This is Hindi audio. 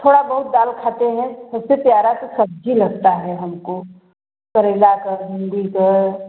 थोड़ा बहुत दाल खाते हैं उससे प्यारा से सब्ज़ी लगता है हमको करेला का भिंडी का